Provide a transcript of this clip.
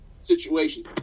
situation